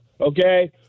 okay